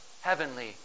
heavenly